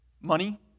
Money